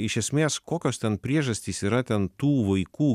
iš esmės kokios ten priežastys yra ten tų vaikų